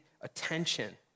attention